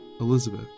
Elizabeth